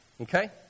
okay